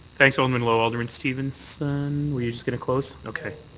thanks, alderman lowe. alderman stevenson? were you just going to close?